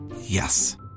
Yes